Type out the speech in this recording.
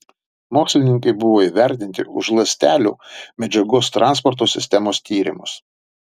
mokslininkai buvo įvertinti už ląstelių medžiagos transporto sistemos tyrimus